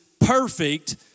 perfect